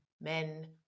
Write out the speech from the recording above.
Men